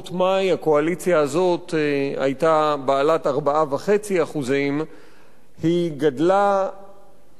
הקואליציה הזאת היתה בעלת 4.5%. היא גדלה פי-שישה,